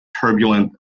Turbulent